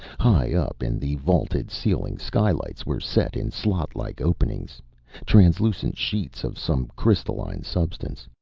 high up in the vaulted ceiling skylights were set in slot-like openings translucent sheets of some crystalline substance.